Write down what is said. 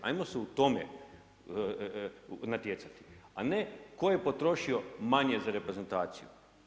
Hajmo se u tome natjecati, a ne tko je potrošio manje za reprezentaciju.